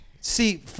See